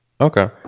okay